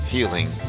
Healing